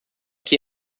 que